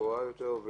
פורה יותר,